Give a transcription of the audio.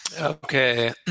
Okay